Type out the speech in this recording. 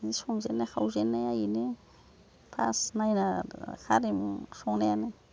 संजेन्नाय खावजेन्नाया बिनो फार्स्त नायना खारै मैगं संनायानो